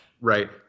right